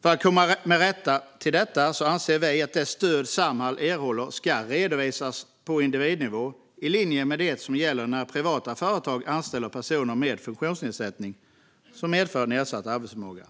För att komma till rätta med detta anser vi att det stöd Samhall erhåller ska redovisas på individnivå i linje med det som gäller när privata företag anställer personer som har funktionsnedsättning som medför nedsatt arbetsförmåga.